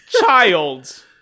child